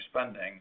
spending